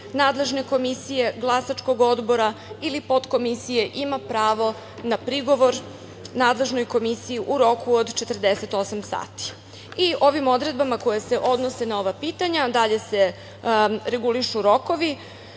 nadležne komisije, glasačkog odbora ili potkomisije, ima pravo na prigovor nadležnoj komisiji u roku od 48 sati. Ovim odredbama koje se odnose na ova pitanja dalje se regulišu rokovi.